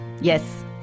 Yes